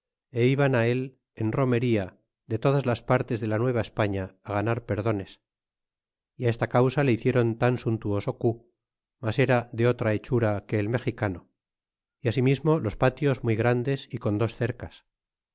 é iban en romería de todas partes de la nueva españa á ganar perdones y esta causa le hicieron tan suntuoso cu mas era de otra hechura que el mexicano ú asimismo los patios muy grandes é con dos cercas